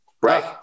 Right